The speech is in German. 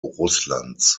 russlands